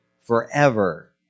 forever